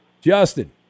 Justin